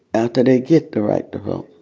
after they get the right to vote